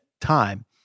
time